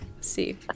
see